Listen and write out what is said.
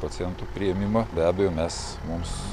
pacientų priėmimą be abejo mes mums